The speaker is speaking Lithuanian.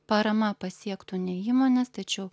parama pasiektų ne įmones tačiau